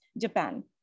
Japan